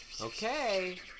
Okay